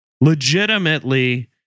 legitimately